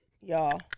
y'all